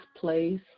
place